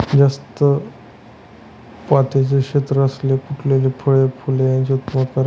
जास्त पात्याचं क्षेत्र असेल तर कुठली फळे आणि फूले यांचे उत्पादन करावे?